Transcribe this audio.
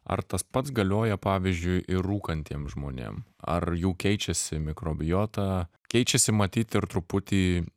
ar tas pats galioja pavyzdžiui ir rūkantiem žmonėm ar jų keičiasi mikrobiota keičiasi matyt ir truputį